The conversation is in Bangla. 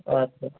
আচ্ছা